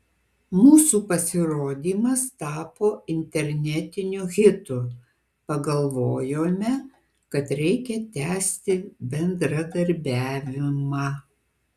mūsų pasirodymas tapo internetiniu hitu pagalvojome kad reikia tęsti bendradarbiavimą